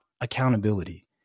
accountability